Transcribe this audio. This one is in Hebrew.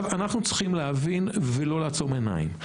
אנחנו צריכים להבין ולא לעצום עיניים.